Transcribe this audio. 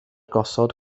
gosod